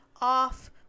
off